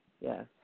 Yes